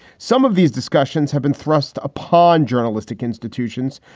some of these discussions have been thrust upon journalistic institutions,